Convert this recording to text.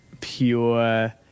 pure